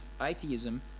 atheism